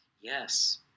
Yes